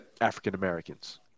African-Americans